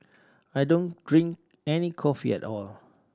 I don't drink any coffee at all